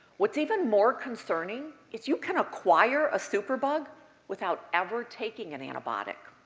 what's even more concerning is you can acquire a superbug without ever taking an antibiotic.